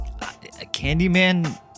Candyman